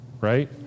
right